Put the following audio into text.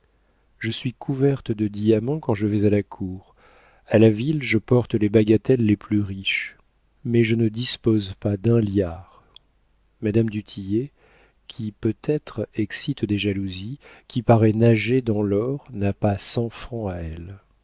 je suis couverte de diamants quand je vais à la cour à la ville je porte les bagatelles les plus riches mais je ne dispose pas d'un liard madame du tillet qui peut-être excite des jalousies qui paraît nager dans l'or n'a pas cent francs à elle